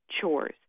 chores